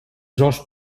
georges